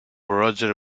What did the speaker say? roger